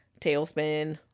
Tailspin